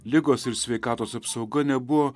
ligos ir sveikatos apsauga nebuvo